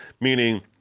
Meaning